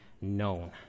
known